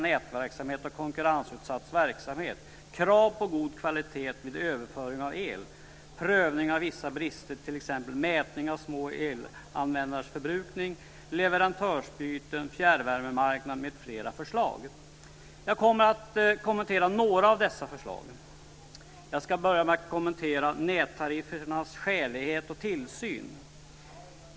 Jag kommer att kommentera några dessa förslag. Jag ska börja med att först kommentera nättariffernas skälighet och tillsyn.